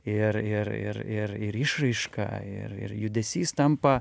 ir ir ir ir ir išraiška ir ir judesys tampa